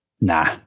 Nah